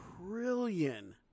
trillion